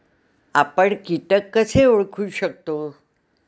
आपण कीटक कसे ओळखू शकतो?